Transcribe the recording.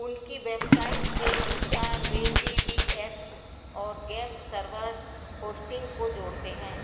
उनकी वेबसाइट के अनुसार वे पी बी एस और गेम सर्वर होस्टिंग को जोड़ते हैं